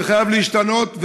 זה חייב להשתנות,